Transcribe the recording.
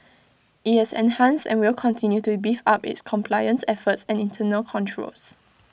IT has enhanced and will continue to beef up its compliance efforts and internal controls